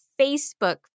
Facebook